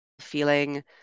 feeling